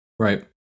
Right